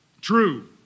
True